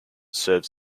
serves